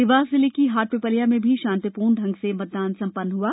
देवास जिले की हाटपीपल्या में भी शांतिपूर्ण ढंग से मतदान संपन्न हुआ